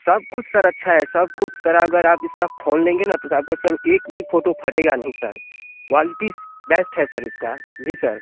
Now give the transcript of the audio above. सब कुछ सर अच्छा है सब कुछ अच्छा है सर अगर आप इसका फ़ोन लेंगे न तो सर आपका सर एक भी फ़ोटो फटेगा नहीं सर क्वालिटी बेस्ट है सर इसका जी सर